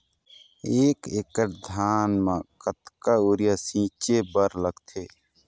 एक एकड़ धान म कतका यूरिया छींचे बर लगथे?